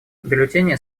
бюллетени